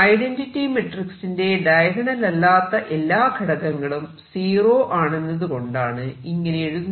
identity മെട്രിക്സിന്റെ diagonal അല്ലാത്ത എല്ലാ ഘടകങ്ങളും സീറോ ആണെന്നതുകൊണ്ടാണ് ഇങ്ങനെ എഴുതുന്നത്